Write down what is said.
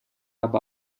aber